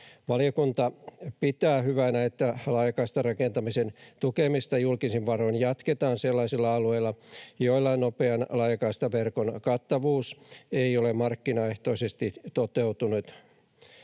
Valiokunta pitää hyvänä, että laajakaistarakentamisen tukemista julkisin varoin jatketaan sellaisilla alueilla, joilla nopean laajakaistaverkon kattavuus ei ole markkinaehtoisesti toteutunut.